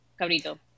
Cabrito